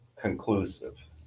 conclusive